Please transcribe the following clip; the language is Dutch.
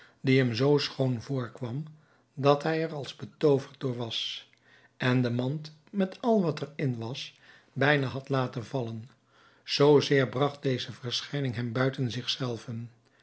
die hem z schoon voorkwam dat hij er als betooverd door was en de mand met al wat er in was bijna had laten vallen zoo zeer bragt deze verschijning hem buiten zich zelven